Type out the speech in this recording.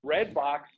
Redbox